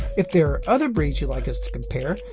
if there are other breeds you'd like us to compare,